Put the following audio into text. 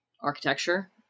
architecture